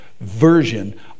version